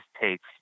takes